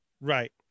right